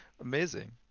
Amazing